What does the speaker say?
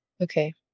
Okay